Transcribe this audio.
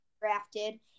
drafted